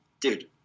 dude